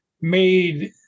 made